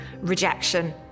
rejection